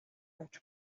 явж